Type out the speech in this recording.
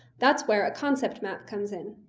that's where a concept map comes in.